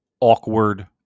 awkward